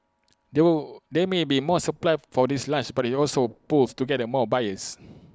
there will there may be more supply for this launch but IT also pools together more buyers